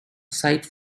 site